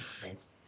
Thanks